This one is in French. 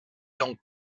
donc